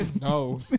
no